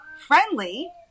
friendly